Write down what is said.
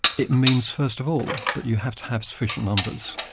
it means first of all that you have to have sufficient numbers.